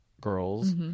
girls